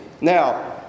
Now